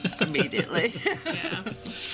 immediately